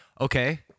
okay